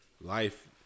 Life